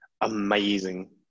amazing